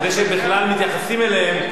זה שהם בכלל מתייחסים אליהם,